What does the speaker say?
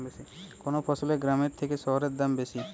কোন ফসলের গ্রামের থেকে শহরে দাম বেশি?